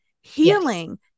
Healing